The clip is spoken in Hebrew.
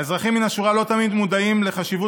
האזרחים מן השורה לא תמיד מודעים לחשיבות